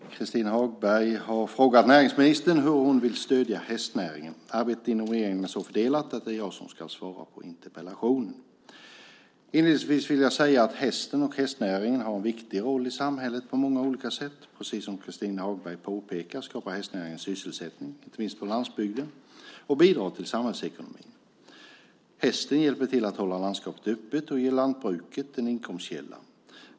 Herr talman! Christin Hagberg har frågat näringsministern hur hon vill stödja hästnäringen. Arbetet inom regeringen är så fördelat att det är jag som ska svara på interpellationen. Inledningsvis vill jag säga att hästen och hästnäringen har en viktig roll i samhället på många olika sätt. Precis som Christin Hagberg påpekar skapar hästnäringen sysselsättning, inte minst på landsbygden, och bidrar till samhällsekonomin. Hästen hjälper till att hålla landskapet öppet och ger lantbruket en inkomstkälla.